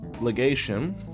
Legation